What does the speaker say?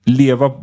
leva